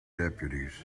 deputies